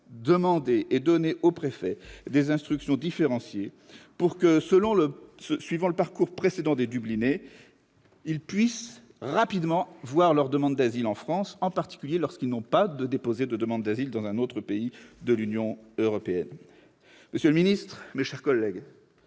de donner aux préfets des instructions différenciées, pour que, suivant le parcours précédent des « dublinés », ceux-ci puissent rapidement voir leur demande d'asile traitée en France, en particulier lorsqu'ils n'ont pas déposé de demande d'asile dans un autre pays de l'Union européenne. Monsieur le ministre d'État, mes chers collègues,